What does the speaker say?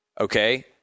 Okay